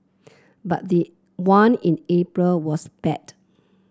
but the one in April was bad